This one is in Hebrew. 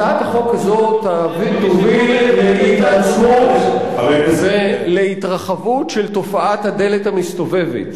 הצעת החוק הזאת תוביל להתעצמות ולהתרחבות של תופעת הדלת המסתובבת.